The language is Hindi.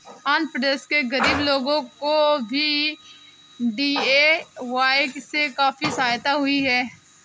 आंध्र प्रदेश के गरीब लोगों को भी डी.ए.वाय से काफी सहायता हुई है